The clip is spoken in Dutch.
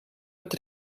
het